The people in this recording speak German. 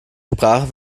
sprache